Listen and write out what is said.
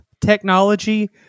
technology